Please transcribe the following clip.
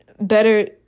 better